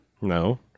No